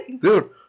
Dude